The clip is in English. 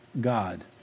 God